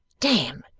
damme!